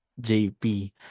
JP